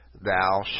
thou